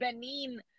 Benin